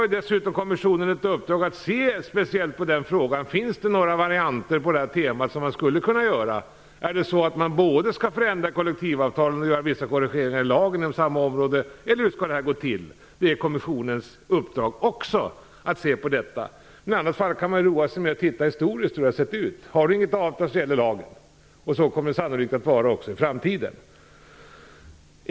Kommissionen har dessutom ett uppdrag att speciellt se över om det finns några varianter som man skulle kunna införa. Man skall studera om man både skall förändra kollektivavtalen och göra vissa korrigeringar i lagen inom samma område eller hur det skall gå till. Det ingår också i kommissionens uppdrag att se över det här. Man kan också roa sig med att se hur det har varit historiskt. Om man inte har något avtal så gäller lagen. Så kommer det sannolikt att vara även i framtiden.